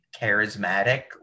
charismatic